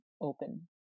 open